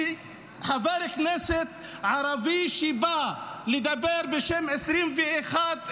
כשחבר כנסת ערבי שבא לדבר בשם 21%,